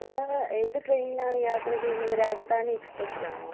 നിങ്ങള് ഏത് ട്രെയ്നിലാണ് യാത്ര ചെയ്യുന്നത് രാജധാനി എക്സ്പ്രസിലാണൊ